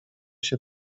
się